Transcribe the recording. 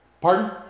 Pardon